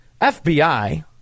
FBI